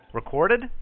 Recorded